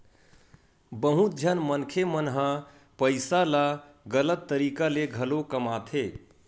बहुत झन मनखे मन ह पइसा ल गलत तरीका ले घलो कमाथे